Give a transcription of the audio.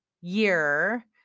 year